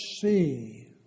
see